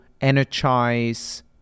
energize